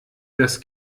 dass